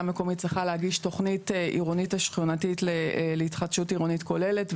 המקומית צריכה להגיש תכנית עירונית שכונתית להתחדשות עירונית כוללת.